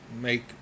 make